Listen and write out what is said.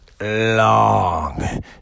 long